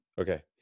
Okay